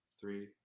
Three